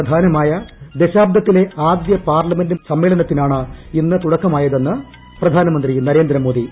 പ്രധാനമായ ദശാബ്ദത്തിലെ ആദ്യ പാർലമെന്റ് സമ്മേളനത്തിനാണ് ഇന്ന് തുടക്കമായതെന്ന് പ്രധാനമന്ത്രി നരേന്ദ്രമോദി